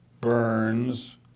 Burns